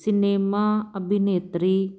cinema ਅਭਿਨੇਤਰੀ